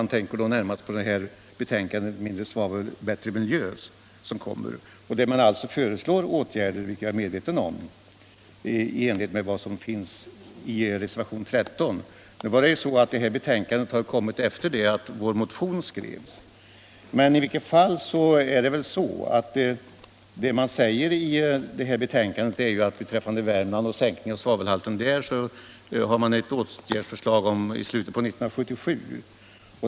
Han tänker då närmast på betänkandet Mindre svavel — bättre miljö, där man alltså föreslår åtgärder — vilket jag är medveten om -— i enlighet med vad som anges i reservationen 13. Nu är det så att detta betänkande har framlagts efter det att vår motion skrevs, och man har i detta betänkande när det gäller sänkning av svavelhalten för Värmland ett förslag om åtgärder i slutet av 1977.